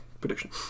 prediction